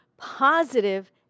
positive